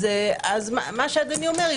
מה שאדוני אומר,